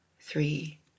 three